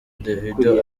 davido